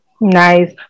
nice